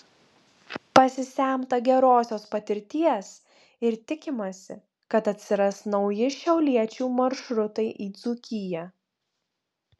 pasisemta gerosios patirties ir tikimasi kad atsiras nauji šiauliečių maršrutai į dzūkiją